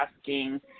asking